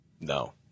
No